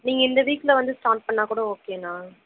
நீங்கள் இந்த வீக்கில் வந்து ஸ்டார்ட் பண்ணாக்கூட ஓகேணா